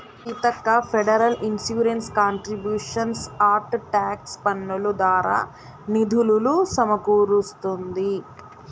Seethakka federal insurance contributions act tax పన్నులు దారా నిధులులు సమకూరుస్తుంది